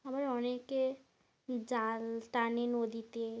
আবার অনেকে জাল টানে নদীতে